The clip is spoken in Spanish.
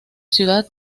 ciudad